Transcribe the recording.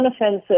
unoffensive